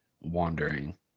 wandering